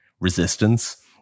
resistance